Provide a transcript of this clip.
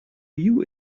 you